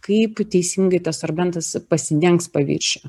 kaip teisingai tas sorbentas pasidengs paviršių